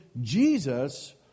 Jesus